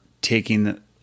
taking